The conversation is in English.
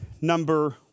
number